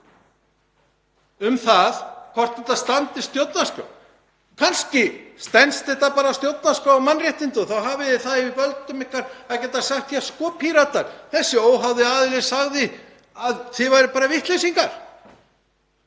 um það hvort þetta standist stjórnarskrá? Kannski stenst þetta bara stjórnarskrá og mannréttindi og þá hafið þið það í valdi ykkar að geta sagt: Píratar, þessi óháði aðili sagði að þið væruð bara vitleysingar.